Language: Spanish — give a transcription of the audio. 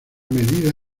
medida